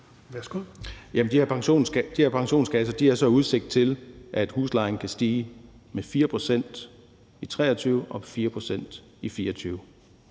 de her pensionskasser har så udsigt til, at huslejen kan stige med 4 pct. i 2023 og med 4 pct. i 2024,